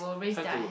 try to